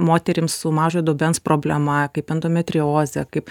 moterims su mažo dubens problema kaip endometriozė kaip